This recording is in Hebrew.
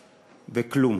וכלום.